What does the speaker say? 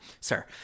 sir